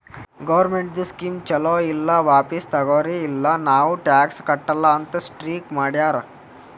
ಗೌರ್ಮೆಂಟ್ದು ಸ್ಕೀಮ್ ಛಲೋ ಇಲ್ಲ ವಾಪಿಸ್ ತಗೊರಿ ಇಲ್ಲ ನಾವ್ ಟ್ಯಾಕ್ಸ್ ಕಟ್ಟಲ ಅಂತ್ ಸ್ಟ್ರೀಕ್ ಮಾಡ್ಯಾರ್